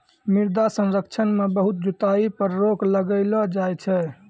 मृदा संरक्षण मे बहुत जुताई पर रोक लगैलो जाय छै